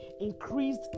increased